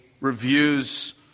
reviews